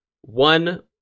One